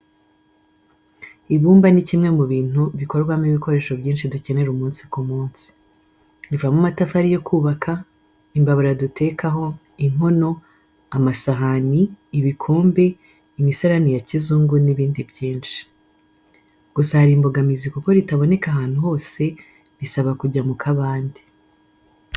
Ibumba ni kimwe mu bintu bikorwamo ibikoresho byinshi dukenera umunsi ku munsi. Rivamo amatafari yo kubaka, imbabura dutekaho, inkono, amasahani, ibikombe, imisarani ya kizungu n'ibindi byinshi. Gusa hari imbogamizi kuko ritaboneka ahantu hose bisaba kujya mu kabande.